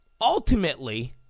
ultimately